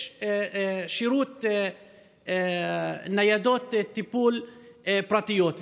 יש שירות ניידות טיפול פרטיות.